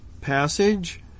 passage